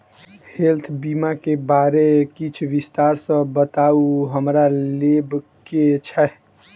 Health बीमा केँ बारे किछ विस्तार सऽ बताउ हमरा लेबऽ केँ छयः?